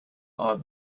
are